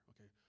okay